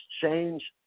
change